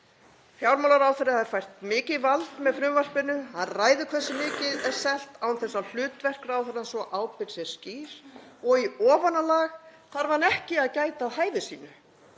Fjármálaráðherra er fært mikið vald með frumvarpinu. Hann ræður hversu mikið er selt án þess að hlutverk ráðherrans og ábyrgð sé skýr og í ofanálag þarf hann ekki að gæta að hæfi sínu.